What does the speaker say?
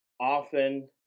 often